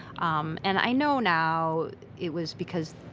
um and i know now it was because,